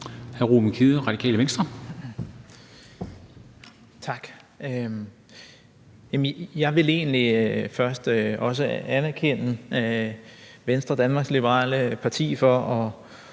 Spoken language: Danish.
Kl. 16:19 Ruben Kidde (RV): Tak. Jeg vil egentlig først også anerkende Venstre, Danmarks Liberale Parti for